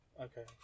okay